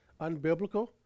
unbiblical